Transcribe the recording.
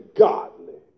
godly